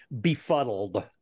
befuddled